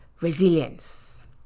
resilience